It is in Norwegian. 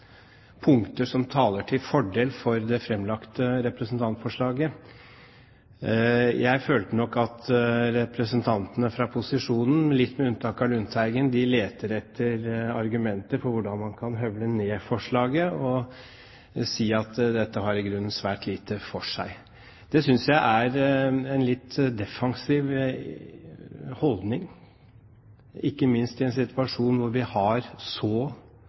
punkter som taler til fordel for det framlagte representantforslaget. Jeg følte at representantene fra posisjonen, med unntak av Lundteigen, leter etter argumenter for hvordan man kan høvle ned forslaget og si at dette har i grunnen svært lite for seg. Det synes jeg er en litt defensiv holdning, ikke minst i en situasjon hvor vi har så